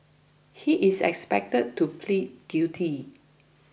he is expected to plead guilty